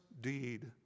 deed